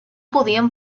podien